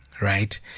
right